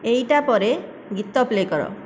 ଏଇଟା ପରେ ଗୀତ ପ୍ଲେ କର